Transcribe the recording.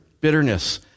bitterness